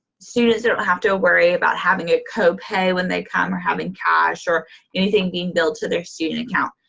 students don't have to worry about having a copay when they come, or having cash, or anything being billed to their student account.